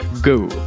go